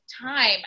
time